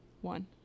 One